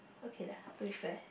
okay lah to be fair